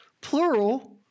plural